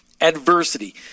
adversity